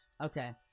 Okay